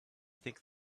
think